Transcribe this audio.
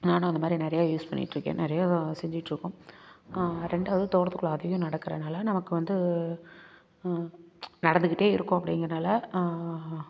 நானும் அந்த மாதிரி நிறைய யூஸ் பண்ணிட்டுருக்கேன் நிறையா செஞ்சியிட்டுருக்கோம் ரெண்டாவது தோட்டத்துக்குள்ளே அதிகம் நடக்கறனால நமக்கு வந்து நடந்துக்கிட்டே இருக்கோம் அப்படிங்கிறனால